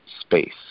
space